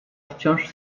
wciąż